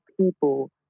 people